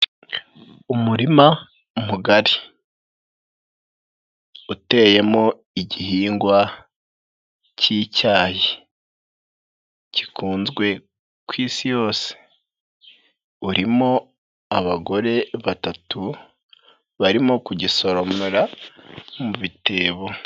Umurima mugari uteyemo igihingwa cy'icyayi, gikunzwe ku isi yose, urimo abagore batatu barimo kugisoromera mu bitebo.